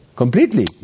Completely